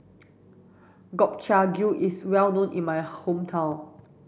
Gobchang Gui is well known in my hometown